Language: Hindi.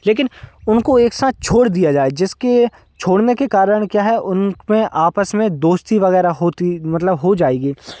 लेकिन उनको एक साथ छोड़ दिया जाए जिसके छोड़ने के कारण क्या है उनमें आपस में दोस्ती वगैरह होती मतलब हो जाएगी